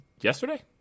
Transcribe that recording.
yesterday